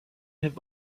have